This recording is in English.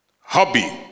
Hobby